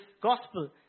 gospel